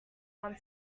one